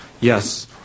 yes